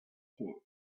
tent